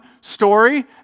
story